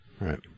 Right